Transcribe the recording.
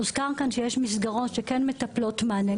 הוזכר כאן שיש מסגרות שכן מטפלות ונותנות מענה.